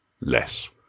Less